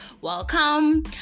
welcome